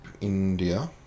India